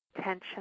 tension